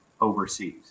overseas